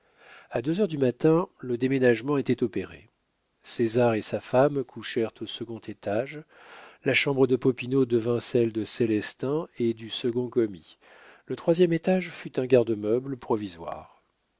a deux heures du matin le déménagement était opéré césar et sa femme couchèrent au second étage la chambre de popinot devint celle de célestin et du second commis le troisième étage fut un garde-meuble provisoire